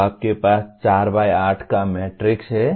तो आपके पास 4 बाय 8 मैट्रिक्स है